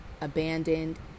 abandoned